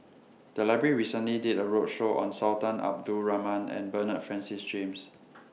The Library recently did A roadshow on Sultan Abdul Rahman and Bernard Francis James